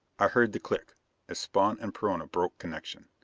i heard the click as spawn and perona broke connection.